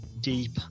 deep